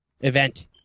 Event